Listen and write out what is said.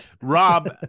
Rob